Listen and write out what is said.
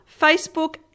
Facebook